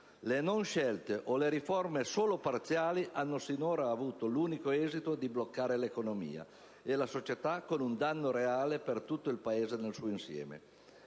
le non scelte o le riforme solo parziali hanno sinora avuto l'unico esito di bloccare l'economia e la società, con un danno reale per tutto il Paese nel suo insieme.